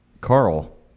Carl